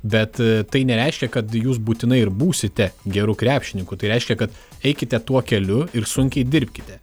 bet tai nereiškia kad jūs būtinai ir būsite geru krepšininku tai reiškia kad eikite tuo keliu ir sunkiai dirbkite